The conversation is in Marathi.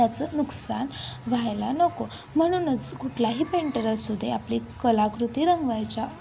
त्याचं नुकसान व्हायला नको म्हणूनच कुठलाही पेंटर असू दे आपली कलाकृती रंगवायच्या